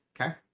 Okay